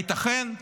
הייתכן?